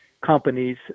companies